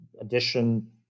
addition